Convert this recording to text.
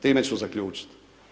Time ću zaključit.